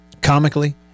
comically